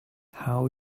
how